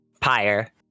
Pyre